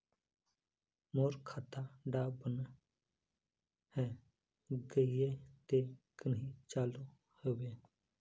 मोर खाता डा बन है गहिये ते कन्हे चालू हैबे?